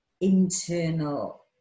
internal